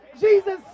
Jesus